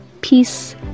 peace